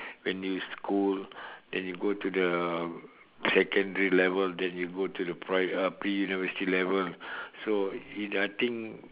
when you school then you go to the secondary level then you go to the pri~ uh pre-university level so I think